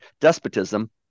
despotism